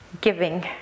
Giving